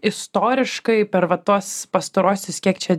istoriškai per va tuos pastaruosius kiek čia